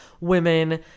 women